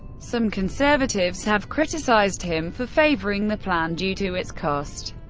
some conservatives have criticized him for favoring the plan, due to its cost.